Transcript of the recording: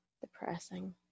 Depressing